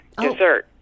dessert